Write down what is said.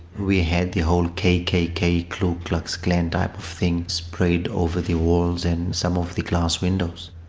we had the whole kkk, ku klux klan type of thing sprayed over the walls and some of the glass windows.